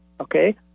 Okay